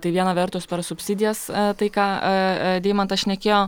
tai viena vertus per subsidijas tai ką a deimantas šnekėjo